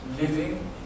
Living